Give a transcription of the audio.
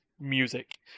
music